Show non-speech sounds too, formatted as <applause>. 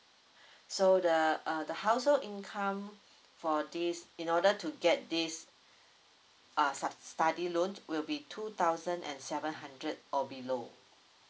<breath> so the uh the household income <breath> for this in order to get this <breath> uh sub~ study loan will be two thousand and seven hundred or below